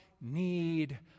need